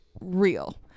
real